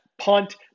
Punt